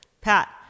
Pat